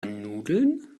nudeln